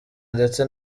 ndetse